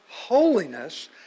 holiness